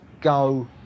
go